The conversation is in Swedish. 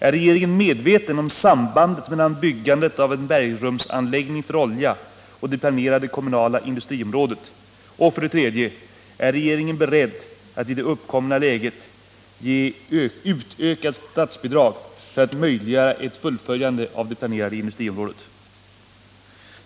Är regeringen medveten om sambandet mellan byggandet av en bergrumsanläggning för olja och det planerade kommunala industriområdet? 3. Är regeringen beredd att i det uppkomna läget ge utökat statsbidrag för att möjliggöra ett fullföljande av det planerade industriområdet?